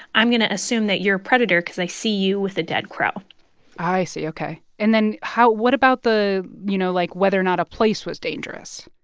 i'm going to assume that you're a predator because i see you with a dead crow i see. ok. and then how what about the you know, like, whether or not a place was dangerous?